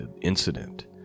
incident